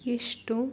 ಎಷ್ಟು